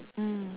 mm